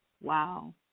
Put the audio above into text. wow